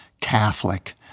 catholic